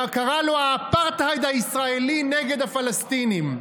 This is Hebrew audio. וקרא לו: האפרטהייד הישראלי נגד הפלסטינים.